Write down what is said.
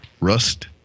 Rust